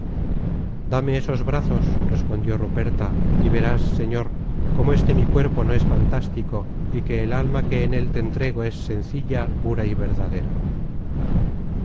dame esos brazos respondió ruperta y verás señor cómo este mi cuerpo no es fantástico y que el alma que en él te entrego es sencilla pura y verdadera